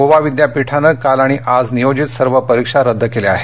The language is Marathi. गोवा विद्यापीठाने काल आणि आज नियोजित सर्व परीक्षा रद्द केल्या आहेत